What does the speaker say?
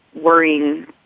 worrying